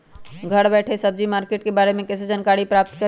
घर बैठे सब्जी मार्केट के बारे में कैसे जानकारी प्राप्त करें?